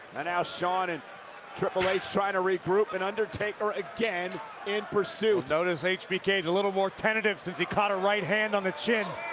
and now shawn and triple h trying to regroup and undertaker again in pursuit. well, notice hbk is a little more tentative since he caught a right hand on the chin.